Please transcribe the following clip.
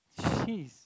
Jeez